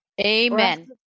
Amen